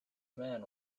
man